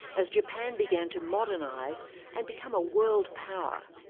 as japan began to modernise and become a world power.